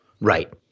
Right